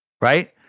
right